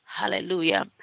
Hallelujah